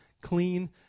clean